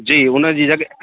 जी उन जी जॻहि